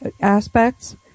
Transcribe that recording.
aspects